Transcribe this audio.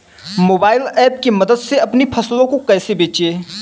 Mobile app की मदद से अपनी फसलों को कैसे बेचें?